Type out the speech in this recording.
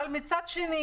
אבל מצד שני,